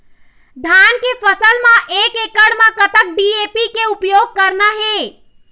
धान के फसल म एक एकड़ म कतक डी.ए.पी के उपयोग करना हे?